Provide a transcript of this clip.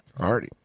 Already